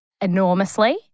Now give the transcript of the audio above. enormously